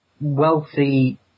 wealthy